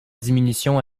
diminution